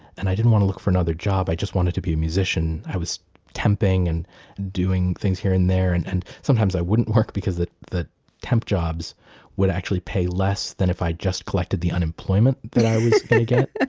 and i didn't want to look for another job. i just wanted to be a musician. i was temping and doing things here and there and and sometimes i wouldn't work because the the temp jobs would actually pay less than if i just collected the unemployment that i was gonna get.